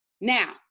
Now